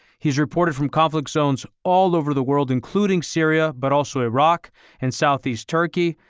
he's reported from conflict zones all over the world, including syria, but also iraq and southeast turkey.